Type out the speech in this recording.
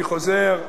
אני חוזר: